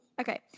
Okay